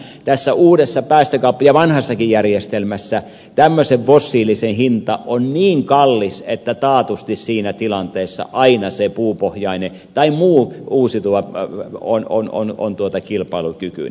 tässä uudessa ja vanhassakin järjestelmässä tämmöisen fossiilisen hinta on niin kallis että taatusti siinä tilanteessa aina se puupohjainen tai muu uusiutuva on kilpailukykyinen